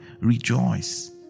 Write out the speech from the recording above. Rejoice